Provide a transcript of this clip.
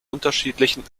unterschiedlichen